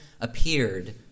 appeared